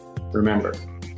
remember